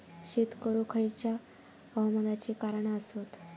शेत करुक खयच्या हवामानाची कारणा आसत?